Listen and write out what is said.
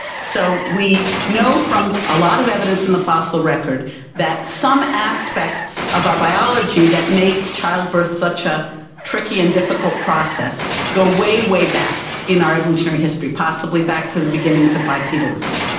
so we know from a lot of evidence in the fossil record that some aspects of our biology that make childbirth such a tricky and difficult process go way, way back in our evolutionary history, possibly back to the beginnings of bipedalism.